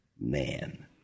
man